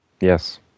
Yes